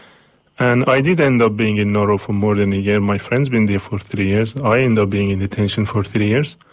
and i did end up being in nauru for more than a year. my friend's been there for three years, i ended up being in detention for three years,